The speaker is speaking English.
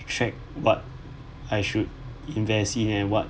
check what I should invest in and what